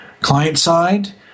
client-side –